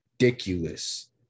Ridiculous